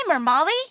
molly